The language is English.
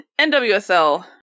NWSL